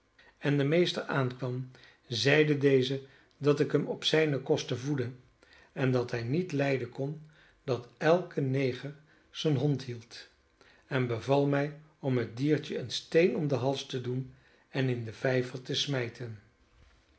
en de meester aankwam zeide deze dat ik hem op zijne kosten voedde en dat hij niet lijden kon dat elke neger zijn hond hield en beval mij om het diertje een steen om den hals te doen en in den vijver te smijten